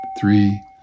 three